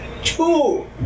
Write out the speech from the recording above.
Two